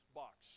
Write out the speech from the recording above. box